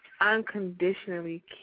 unconditionally